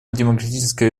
демократическая